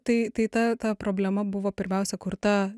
tai tai ta ta problema buvo pirmiausia kurta